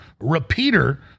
repeater